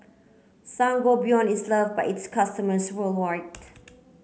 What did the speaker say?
Sangobion is love by its customers worldwide